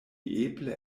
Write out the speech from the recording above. eble